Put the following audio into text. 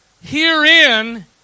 Herein